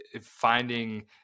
finding